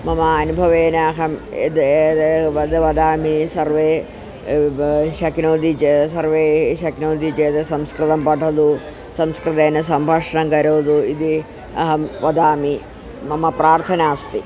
मम अनुभवेन अहं यद् एतत् वद् वदामि सर्वे शक्नोति चेत् सर्वे शक्नोति चेत् संस्कृतं पठतु संस्कृतेन सम्भाषणं करोतु इति अहं वदामि मम प्रार्थना अस्ति